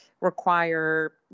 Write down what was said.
require